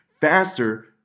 faster